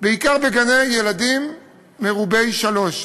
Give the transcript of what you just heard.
בעיקר בגני-ילדים מרובי ילדים בני שלוש.